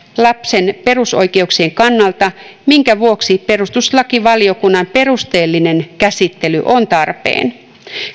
lapsen perusoikeuksien kannalta minkä vuoksi perustuslakivaliokunnan perusteellinen käsittely on tarpeen